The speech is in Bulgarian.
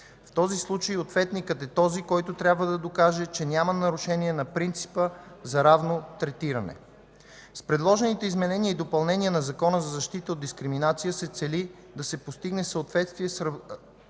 В този случай ответникът е този, който трябва да докаже, че няма нарушение на принципа за равно третиране. С предложените изменения и допълнения на Закона за защита от дискриминация се цели да се постигне съответствие с разпоредбите